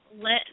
let